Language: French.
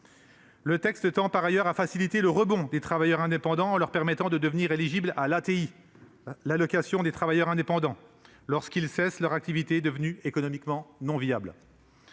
Le texte tend, par ailleurs, à faciliter le rebond des travailleurs indépendants en leur permettant de devenir éligibles à l'ATI, l'allocation des travailleurs indépendants, lorsqu'ils cessent leur activité devenue économiquement non viable.